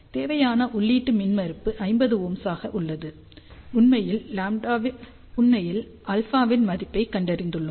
தேவையான உள்ளீட்டு மின்மறுப்பு 50Ω ஆக உள்ளது உண்மையில் α இன் மதிப்பைக் கண்டறிந்துள்ளோம்